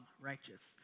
righteous